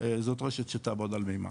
זאת רשת שתעבוד על מימן,